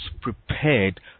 prepared